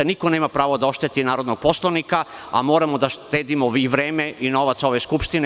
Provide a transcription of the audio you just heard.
Niko nema pravo da ošteti narodnog poslanika, a moramo da štedimo i vreme i novac ove skupštine.